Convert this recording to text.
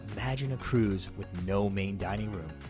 imagine a cruise with no main dining room,